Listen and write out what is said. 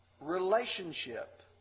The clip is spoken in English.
relationship